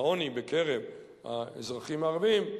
העוני בקרב האזרחים הערבים,